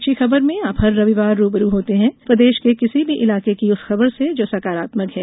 अच्छी खबरमें आप हर रविवार रूबरू होते हैं प्रदेश के किसी भी इलाके की उस खबर से जो सकारात्मक है